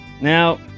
Now